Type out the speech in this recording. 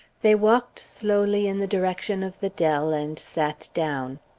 they walked slowly in the direction of the dell and sat down.